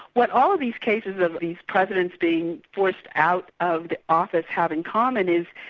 what all of these cases of presidents being forced out of office have in common is,